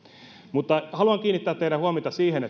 mutta haluan kiinnittää teidän huomiotanne siihen